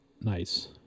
Nice